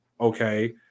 okay